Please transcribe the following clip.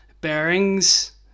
Bearings